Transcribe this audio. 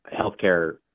healthcare